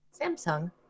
Samsung